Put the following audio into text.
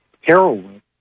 heroin